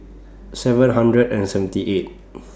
seven hundred and seventy eight